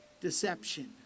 deception